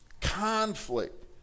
Conflict